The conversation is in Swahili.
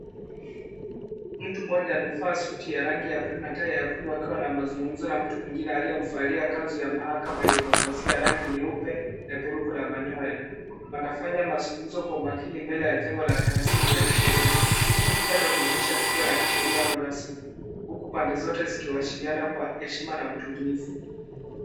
Mtu mmoja amevaa suti ya rangi ya bluu na tai ya bluu, akiwa na mazungumzo na mtu mwingine aliyevalia kanzu ya mahakama, yenye mapazia ya rangi nyeupe na peruko la manyoya. Wanafanya mazungumzo kwa umakini mbele la jengo ya taasisi ya kisheria. Mktadha unaonyesha tukio ya kisheria au rasmi. Huku pande zote zikiwasiliana kwa heshima na utulivu.